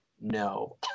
no